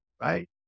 right